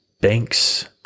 Banks